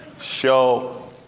Show